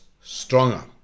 stronger